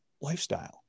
lifestyle